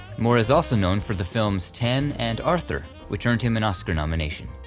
moore is also known for the film's ten, and arthur, which earned him an oscar nomination.